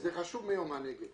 זה יותר חשוב מיום הנגב.